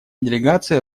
делегация